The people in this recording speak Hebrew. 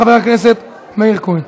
חבר הכנסת מאיר כהן.